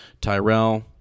Tyrell